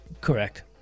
Correct